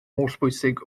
hollbwysig